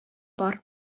бар